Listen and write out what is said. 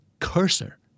Cursor